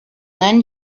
then